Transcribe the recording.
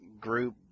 group